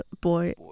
boy